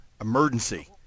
Emergency